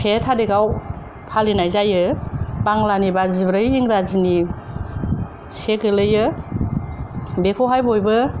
से थारिखआव फालिनाय जायो बांलानिबा जिब्रै इंराजिनिबा से गोलैयो बेखौहाय बयबो